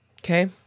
Okay